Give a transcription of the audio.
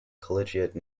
collegiate